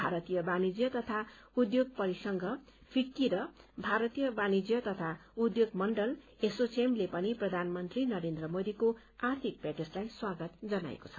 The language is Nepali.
भारतीय वाणिज्य तथा उद्योग परिसंघ फिक्की र भारतीय वाणिज्य तथा उद्योग मण्डल एशोचैम ले प्रधानमन्त्री नरेन्द्र मोदीको आर्थिक प्याकेजलाई स्वागत गरेको छ